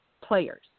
players